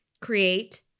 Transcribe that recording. create